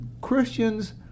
Christians